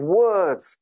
words